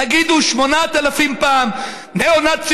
גם אם תגידו 8,000 פעם ניאו-נאצי,